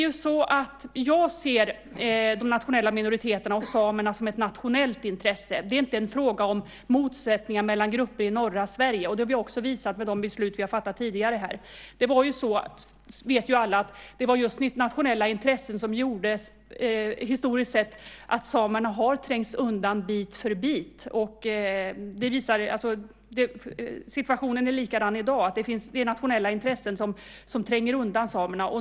Jag ser de nationella minoriteterna och samerna som ett nationellt intresse. Det är inte en fråga om motsättningar mellan grupper i norra Sverige. Det har vi också visat genom de beslut vi tidigare fattat. Alla vet att det var de nationella intressena som historiskt sett gjorde att samerna bit för bit trängdes undan. Situationen är likadan i dag. Det är nationella intressen som tränger undan samerna.